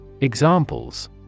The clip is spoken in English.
Examples